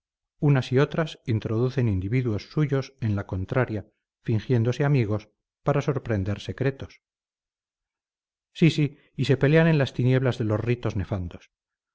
unas y otras introducen individuos suyos en la contraria fingiéndose amigos para sorprender secretos sí sí y se pelean en las tinieblas de los ritos nefandos